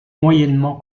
moyennement